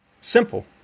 Simple